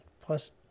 plus